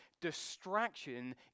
distraction